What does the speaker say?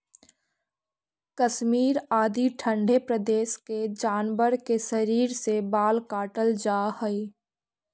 कश्मीर आदि ठण्ढे प्रदेश के जानवर के शरीर से बाल काटल जाऽ हइ